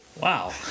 Wow